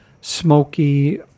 smoky